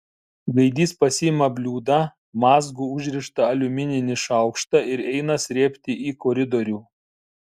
gaidys pasiima bliūdą mazgu užrištą aliumininį šaukštą ir eina srėbti į koridorių